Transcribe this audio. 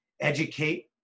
educate